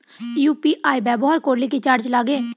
UPI ব্যবহার করলে কি চার্জ লাগে?